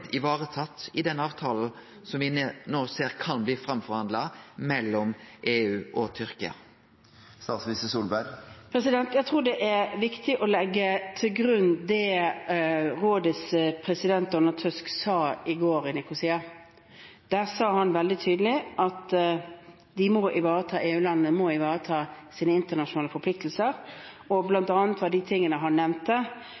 ivaretatt i den avtalen som me no ser kan bli forhandla fram mellom EU og Tyrkia? Jeg tror det er viktig å legge til grunn det som rådets president Donald Tusk sa i går i Nikosia. Der sa han veldig tydelig at EU-landene må ivareta sine internasjonale forpliktelser, og